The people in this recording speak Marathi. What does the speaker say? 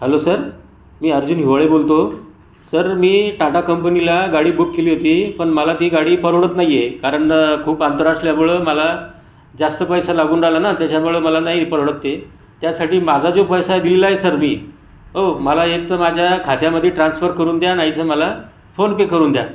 हॅलो सर मी अर्जुन हिवाळे बोलतो सर मी टाटा कंपनीला गाडी बुक केली होती पण मला ती गाडी परवडत नाही आहे कारण खूप अंतर असल्यामुळं मला जास्त पैसा लागून राहिला ना त्याच्यामुळं मला नाही परवडत ते त्यासाठी माझा जो पैसा दिलेला आहे सर मी हो मला एकतर माझ्या खात्यामध्ये ट्रान्सफर करून द्या नाहीतर मला फोनपे करून द्या